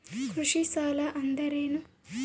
ಕೃಷಿ ಸಾಲ ಅಂದರೇನು?